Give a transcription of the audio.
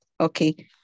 Okay